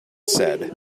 said